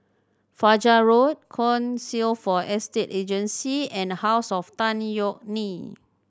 Fajar Road Council for Estate Agencies and House of Tan Yeok Nee